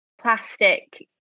plastic